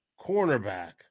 cornerback